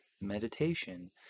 meditation